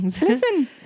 Listen